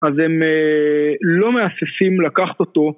אז הם לא מהססים לקחת אותו.